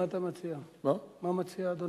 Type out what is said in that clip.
מה מציע אדוני?